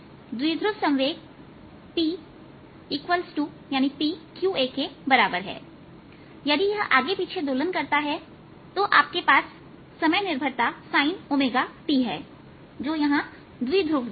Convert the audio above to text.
द्विध्रुव संवेग है pqa यदि यह आगे पीछे दोलन करता है तो आपके पास समय निर्भरता sint है जो यहां द्विध्रुव देता है